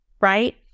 right